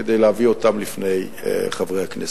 כדי להביא אותם לפני חברי הכנסת.